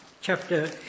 Chapter